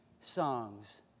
songs